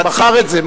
הוא מכר את זה.